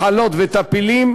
מחלות וטפילים.